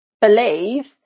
believe